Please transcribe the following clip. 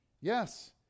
Yes